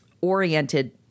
oriented